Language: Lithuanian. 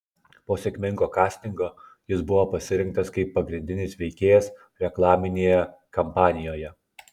po sėkmingo kastingo jis buvo pasirinktas kaip pagrindinis veikėjas reklaminėje kampanijoje